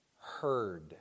heard